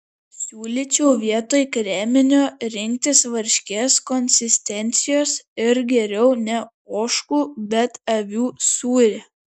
siūlyčiau vietoj kreminio rinktis varškės konsistencijos ir geriau ne ožkų bet avių sūrį